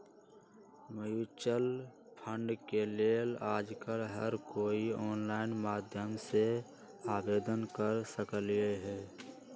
mutual fund के लेल आजकल हर कोई ऑनलाईन माध्यम से आवेदन कर सकलई ह